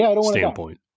standpoint